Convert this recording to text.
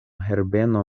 herbeno